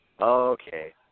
Okay